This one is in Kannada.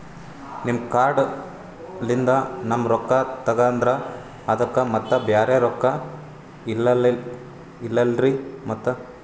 ನಿಮ್ ಕಾರ್ಡ್ ಲಿಂದ ನಮ್ ರೊಕ್ಕ ತಗದ್ರ ಅದಕ್ಕ ಮತ್ತ ಬ್ಯಾರೆ ರೊಕ್ಕ ಇಲ್ಲಲ್ರಿ ಮತ್ತ?